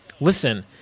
listen